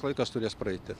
laikas turės praeiti